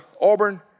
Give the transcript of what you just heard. Auburn